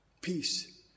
peace